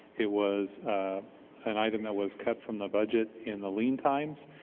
it was an item that was cut from the budget in the lean times.